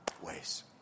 ways